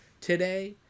today